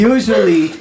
Usually